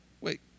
Wait